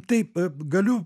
taip galiu